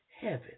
heaven